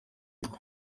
twe